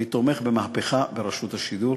אני תומך במהפכה ברשות השידור.